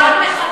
מחבל,